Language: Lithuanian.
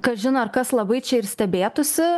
kažin ar kas labai čia ir stebėtųsi